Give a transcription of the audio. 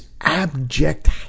abject